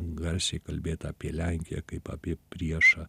garsiai kalbėt apie lenkiją kaip apie priešą